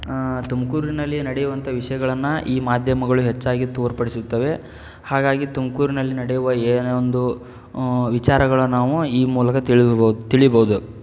ತುಮಕೂರಿನಲ್ಲಿ ನಡೆಯುವಂಥ ವಿಷಯಗಳನ್ನ ಈ ಮಾಧ್ಯಮಗಳು ಹೆಚ್ಚಾಗಿ ತೋರ್ಪಡಿಸುತ್ತವೆ ಹಾಗಾಗಿ ತುಮಕೂರಿನಲ್ಲಿ ನಡೆಯುವ ಏನೊಂದು ವಿಚಾರಗಳು ನಾವು ಈ ಮೂಲಕ ತಿಳಿದುಬ ತಿಳಿಬೌದು